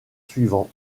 suivants